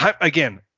Again